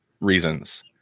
reasons